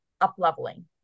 up-leveling